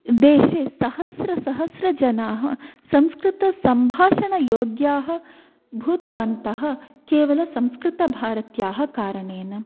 देशे सहस्रसहस्रजनाः संस्कृतसम्भाषणयोग्याः भूतवन्तः केवलं संस्कृतभारत्याः कारणेन